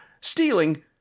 stealing